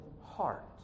heart